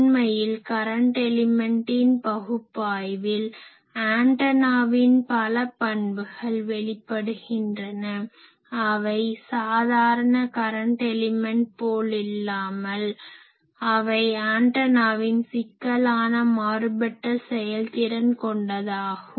உண்மையில் கரன்ட் எலிமென்ட்டின் பகுப்பாய்வில் ஆன்டனாவின் பல பண்புகள் வெளிப்படுகின்றன அவை சாதாரண கரன்ட் எலிமென்ட் போலில்லாமல் அவை ஆன்டனாவின் சிக்கலான மாறுபட்ட செயல் திறன் கொண்டதாகும்